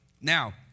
Now